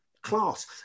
Class